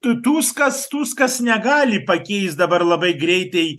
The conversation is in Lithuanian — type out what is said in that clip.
tu tuskas tuskas negali pakeist dabar labai greitai